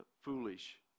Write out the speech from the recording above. foolish